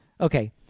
Okay